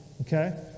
Okay